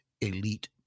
elite